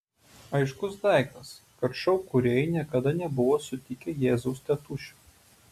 aiškus daiktas kad šou kūrėjai niekada nebuvo sutikę jėzaus tėtušio